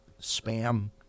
spam